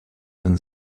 and